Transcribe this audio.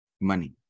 Money